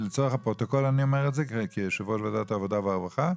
לצורך הפרוטוקול אני אומר את זה כיושב ראש וועדת העבודה והרווחה,